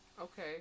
Okay